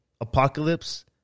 apocalypse